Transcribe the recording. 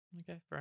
Okay